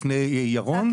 לפני ירון,